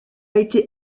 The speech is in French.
été